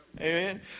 amen